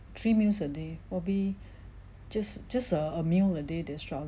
three meals a day probably just just a a meal a day they struggle